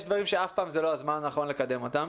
יש דברים שאף פעם זה לא הזמן הנכון לקדם אותם,